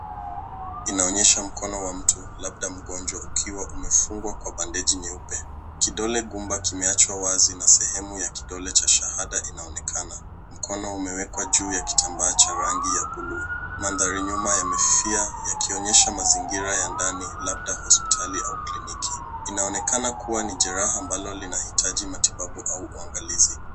...inaonyesha mkono wa mtu labda mgonjwa ukiwa umefungwa kwa bandeji nyeupe. Kidole gumba kimeachwa wazi na sehemu ya kidole cha shahada kinaonekana. Mkono umewekwa juu ya kitambaa cha rangi ya bluu. Mandhari nyuma yamefia yakionyesha mazingira ya ndani labda hospitali au kliniki. Inaonekana kuwa ni jeraha ambalo linahitaji matibabu au uangalizi.